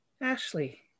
Ashley